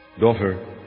Daughter